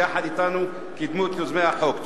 שיחד אתנו קידמו את יוזמת החוק,